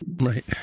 right